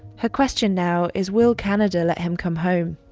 her question now is, will canada let him come home?